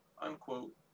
Unquote